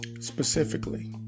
specifically